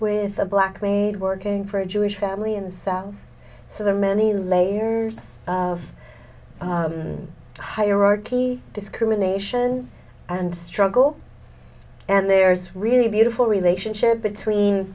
with a black maid working for a jewish family in south so there are many layers of hierarchy discrimination and struggle and there's really beautiful relationship between